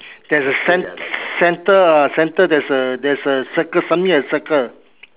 there is a cen~ centre ah centre there's a there's a circle something like a circle